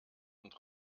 und